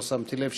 לא שמתי לב,